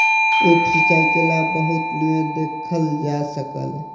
उप सिचाई के लाभ बहुत नै देखल जा सकल